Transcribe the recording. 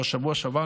או בשבוע שעבר,